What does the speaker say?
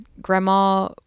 Grandma